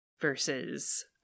versus